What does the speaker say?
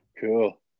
cool